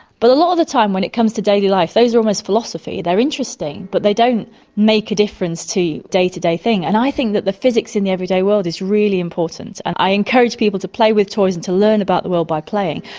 but a lot of the time when it comes to daily life, those are almost philosophy. they are interesting but they don't make a difference to day-to-day things, and i think that the physics in the everyday world is really important and i encourage people to play with toys and to learn about the world by playing.